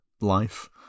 life